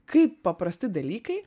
kaip paprasti dalykai